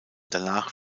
danach